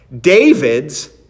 David's